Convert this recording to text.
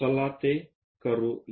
चला ते करूया